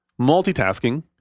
multitasking